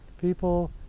people